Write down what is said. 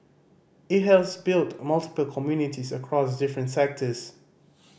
it has built multiple communities across different sectors